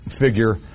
figure